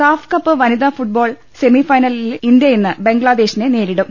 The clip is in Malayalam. സാഫ്കപ്പ് വനിതാ ഫുട്ബോൾ സെമിഫൈനലിൽ ഇന്ത്യ ഇന്ന് ബംഗ്ലാദേശിനെ നേരിടും